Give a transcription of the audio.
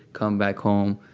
come back home,